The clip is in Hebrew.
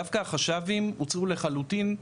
דווקא החשבים הוצאו לחלוטין,